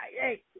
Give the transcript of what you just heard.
hey